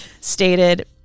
stated